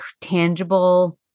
tangible